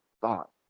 thought